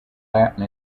latin